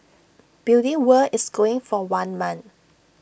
beauty world is going for one month